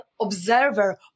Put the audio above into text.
observer